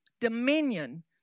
dominion